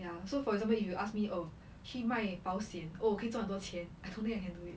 ya so for example if you ask me oh 去卖保险 oh 可以赚很多钱 I don't think I can do it